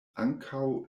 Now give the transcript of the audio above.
ankaŭ